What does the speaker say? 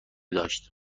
داشت